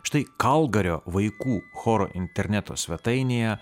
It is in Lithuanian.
štai kalgario vaikų choro interneto svetainėje